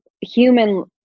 human